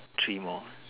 three more